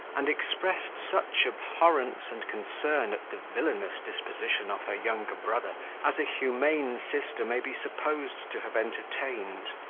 and expressed such abhorrence and concern at the villainous disposition of her younger brother as a humane sister may be supposed to have entertained.